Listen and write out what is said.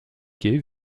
quais